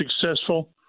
successful